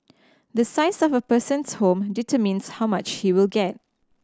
the size of a person's home determines how much he will get